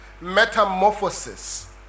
metamorphosis